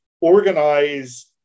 organize